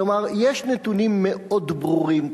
כלומר, יש נתונים מאוד ברורים.